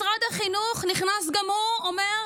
משרד החינוך נכנס גם הוא, אומר: